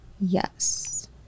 Yes